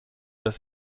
dass